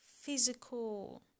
physical